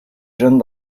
jeunes